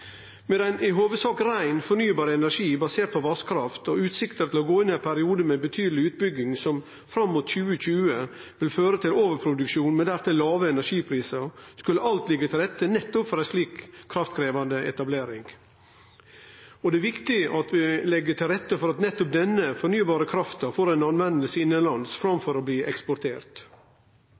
ein i hovudsak rein, fornybar energi basert på vasskraft og utsikter til å gå inn i ein periode med betydeleg utbygging, som fram mot 2020 vil føre til overproduksjon med dertil låge energiprisar, skulle alt liggje til rette for nettopp ei slik kraftkrevjande etablering. Det er viktig at vi legg til rette for at nettopp denne fornybare krafta blir brukt innanlands framfor å bli eksportert.